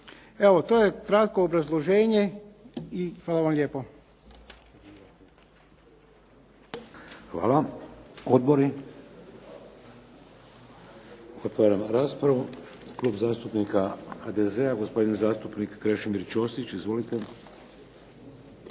Evo, to je kratko obrazloženje. Hvala vam lijepo. **Šeks, Vladimir (HDZ)** Hvala. Odbori? Otvaram raspravu. Klub zastupnika HDZ-a gospodin zastupnik Krešimir Ćosić. Izvolite.